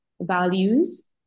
values